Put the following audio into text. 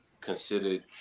considered